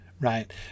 right